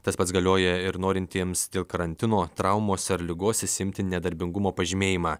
tas pats galioja ir norintiems dėl karantino traumos ar ligos išsiimti nedarbingumo pažymėjimą